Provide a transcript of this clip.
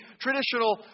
traditional